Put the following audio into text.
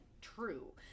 true